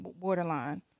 borderline